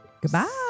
goodbye